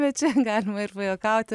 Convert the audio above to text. bet čia galima ir pajuokauti